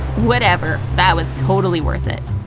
whatever, that was totally worth it!